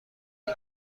کنی